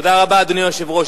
תודה רבה, אדוני היושב-ראש.